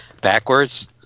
backwards